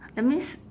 that means